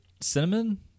cinnamon